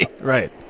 Right